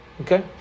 Okay